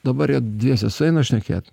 dabar jie dviese sueina šnekėt